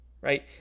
right